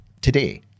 today